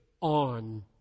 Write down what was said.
on